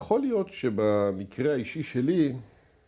‫יכול להיות שבמקרה האישי שלי...